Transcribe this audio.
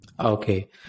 Okay